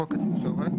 ""חוק התקשורת"